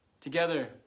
Together